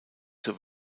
zur